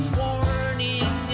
warning